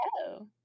hello